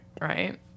right